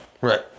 Right